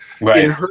Right